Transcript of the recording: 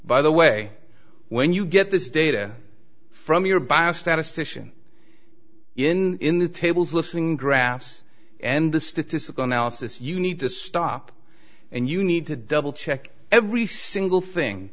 by the way when you get this data from your biased statistician in in the tables listening graphs and the statistical analysis you need to stop and you need to double check every single thing